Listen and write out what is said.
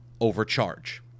overcharge